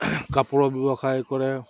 কাপোৰৰ ব্যৱসায় কৰে